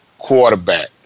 quarterback